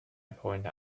pointed